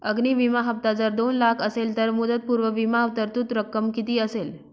अग्नि विमा हफ्ता जर दोन लाख असेल तर मुदतपूर्व विमा तरतूद रक्कम किती असेल?